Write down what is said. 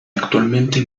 actualmente